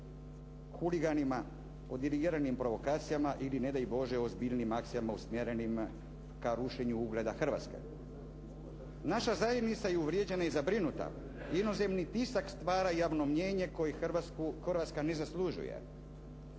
huliganima, o dirigiranim provokacijama ili ne daj Bože o ozbiljnijim akcijama usmjerenim ka rušenju ugleda Hrvatske. Naša zajednica je uvrijeđena i zabrinuta. Inozemni tisak stvara javno mnijenje koje Hrvatska ne zaslužuje.